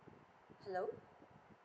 hello